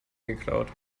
geklaut